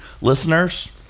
listeners